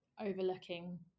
overlooking